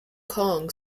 kong